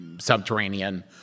subterranean